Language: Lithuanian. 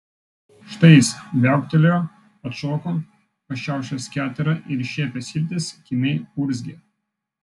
štai jis viauktelėjo atšoko pa šiaušęs keterą ir iššiepęs iltis kimiai urzgė